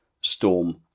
Storm